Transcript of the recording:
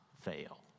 fail